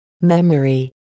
Memory